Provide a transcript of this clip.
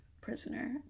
Prisoner